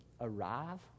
arrive